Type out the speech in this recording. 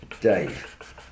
Dave